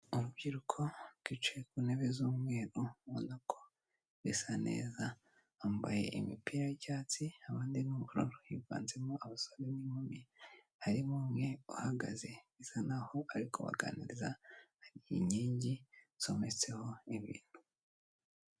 Urubyiruko rwiwicaye ku ntebe z'umweru ubona ko bisa neza, bambaye imipira y'icyatsi abandi ni ubururu, higanjenzemo abasore n'inkumi, harimo umwe uhagaze bisa n'aho ari kubaganiriza, hari inkingi zometseho ibintu.